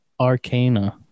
Arcana